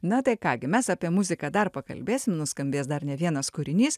na tai ką gi mes apie muziką dar pakalbėsim nuskambės dar ne vienas kūrinys